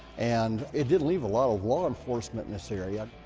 and it didn't leave a lot of law enforcement in this area.